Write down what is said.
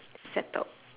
settled